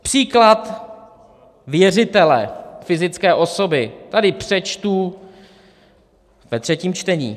Příklad věřitele, fyzické osoby, tady přečtu opět ve třetím čtení.